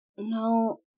No